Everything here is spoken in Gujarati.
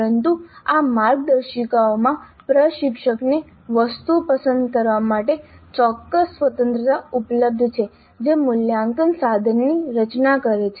પરંતુ આ માર્ગદર્શિકાઓમાં પ્રશિક્ષકને વસ્તુઓ પસંદ કરવા માટે ચોક્કસ સ્વતંત્રતા ઉપલબ્ધ છે જે મૂલ્યાંકન સાધનની રચના કરે છે